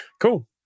Cool